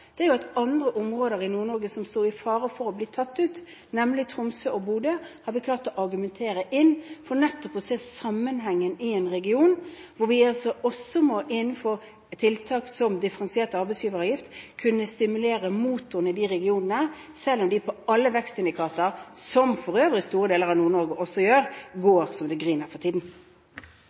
vi klart å argumentere inn, for nettopp å se sammenhengen i en region, hvor vi med tiltak som differensiert arbeidsgiveravgift må kunne stimulere motorene i de regionene, selv om de på alle vekstindikatorer – og det gjelder for øvrig store deler av Nord-Norge – går så det griner for tiden.